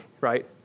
right